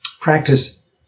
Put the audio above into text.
practice